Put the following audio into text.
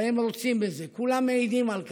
הרי הם רוצים בזה, כולם מעידים על כך,